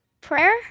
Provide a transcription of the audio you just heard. prayer